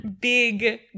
big